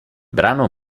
brano